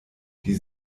die